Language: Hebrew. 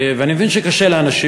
אני מבין שקשה לאנשים,